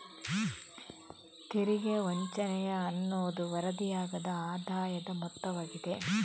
ತೆರಿಗೆ ವಂಚನೆಯ ಅನ್ನುವುದು ವರದಿಯಾಗದ ಆದಾಯದ ಮೊತ್ತವಾಗಿದೆ